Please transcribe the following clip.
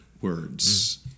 words